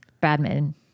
Badminton